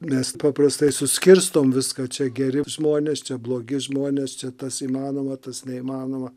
mes paprastai suskirstom viską čia geri žmonėš čia blogi žmonės čia tas įmanoma tas neįmanoma